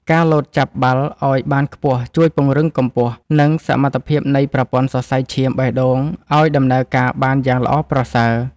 ការលោតចាប់បាល់ឱ្យបានខ្ពស់ជួយពង្រឹងកម្ពស់ និងសមត្ថភាពនៃប្រព័ន្ធសរសៃឈាមបេះដូងឱ្យដំណើរការបានយ៉ាងល្អប្រសើរ។